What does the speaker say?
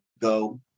go